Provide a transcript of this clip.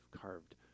carved